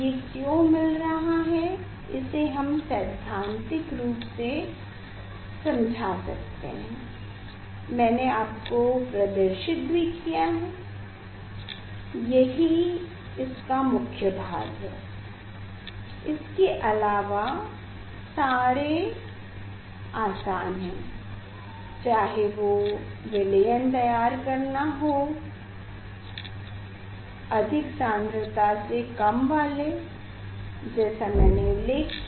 ये क्यो मिल रहा है इसे हम सैधांतिक रूप से समझा सकते हैं मैने आपको प्रदर्शित भी किया है यही इसका मुख्य भाग है इसके अलावा सारे आसान हैं चाहे वो विलयन तैयार करना हो अधिक सांद्रता से कम वाले जैसा मैने उल्लेख किया